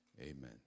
amen